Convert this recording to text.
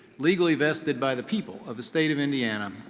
legally vested by the people of the state of indiana,